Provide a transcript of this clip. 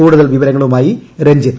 കൂടുതൽ വിവരങ്ങളുമായി രഞ്ജിത്ത്